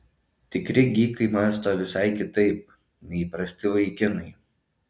tikri gykai mąsto visai kitaip nei įprasti vaikinai